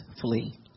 flee